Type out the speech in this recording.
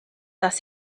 dass